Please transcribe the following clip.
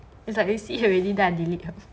it's like I see already then I delete liao